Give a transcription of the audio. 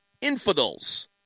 infidels